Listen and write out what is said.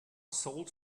sold